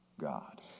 God